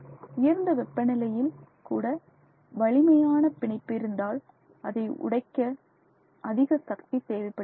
உயர்ந்த வெப்பநிலையில் கூட வலிமையான பிணைப்பு இருந்தால் அதை உடைக்க அதிக சக்தி தேவைப்படுகிறது